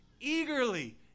eagerly